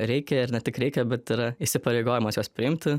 reikia ir ne tik reikia bet yra įsipareigojimas juos priimti